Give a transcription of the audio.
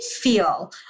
feel